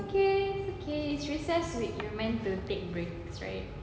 so that every okay okay it's recess week you meant to take breaks right ya that's